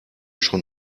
schon